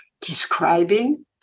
describing